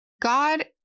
God